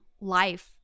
life